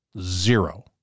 Zero